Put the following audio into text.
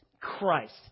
Christ